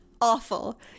awful